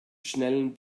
schnellen